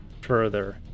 further